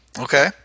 Okay